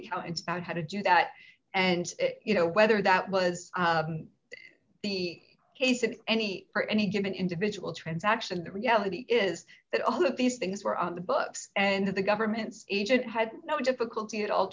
accountants out how to do that and you know whether that was the case if any for any given individual transaction the reality is that all of these things were on the books and the government's agent had no difficulty at all